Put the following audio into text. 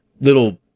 little